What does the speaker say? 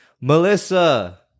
Melissa